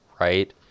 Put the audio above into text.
right